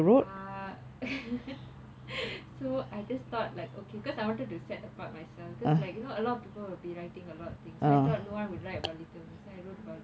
uh so I just thought like okay because I wanted to set apart myself because like you know a lot of people will be writing a lot things I thought no one would write about little women so I wrote about it